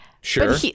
Sure